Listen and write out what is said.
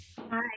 Hi